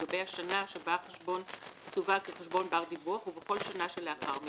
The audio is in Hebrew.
לגבי השנה שבה החשבון סווג כחשבון בר דיווח ובכל שנה שלאחר מכן,